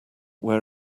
where